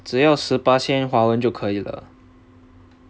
只要十巴仙华文就可以了